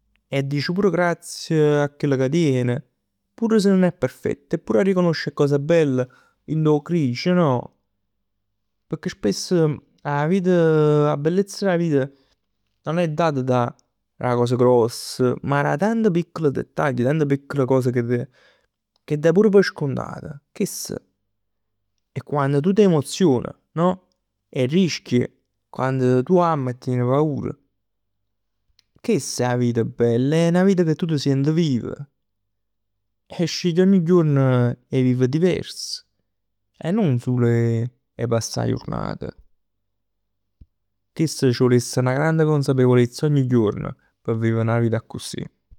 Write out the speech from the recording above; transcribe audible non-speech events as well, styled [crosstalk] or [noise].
E dici pur grazie a chell ca tien pur si nun è perfett e pur si 'a riconosc 'e cose belle dint 'o grigio no? Pecchè spess 'a vit [hesitation] 'a bellezz d' 'a vit non è data d' 'a cosa gross, ma da tanta piccoli dettagl, tanta piccol cos che dai pur p' scontat. Chest è quann tu t'emozion no? E rischi. Quann tu ami e tien paur. Chest è 'a vita bell. È 'na vita ca tu t' sient vivo e scegli ogni juorn 'e vive diverso e nun sulo 'e passà 'a jurnata. Chest c' vuless 'na granda consapevolezz ogni juorn p' vive 'na vita accussì.